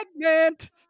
segment